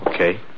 Okay